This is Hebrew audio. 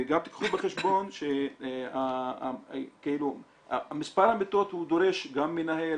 וגם תיקחו בחשבון שמספר המיטות דורש גם מנהל,